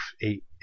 eight